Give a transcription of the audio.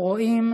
אנחנו רואים